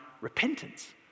repentance